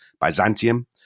Byzantium